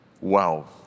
Wow